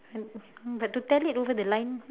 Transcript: but to tell it over the line